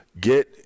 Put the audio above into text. get –